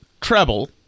treble